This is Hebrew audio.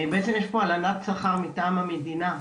בעצם יש פה הלנת שכר מטעם המדינה,